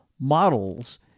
models